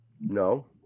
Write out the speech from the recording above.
No